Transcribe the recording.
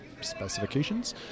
specifications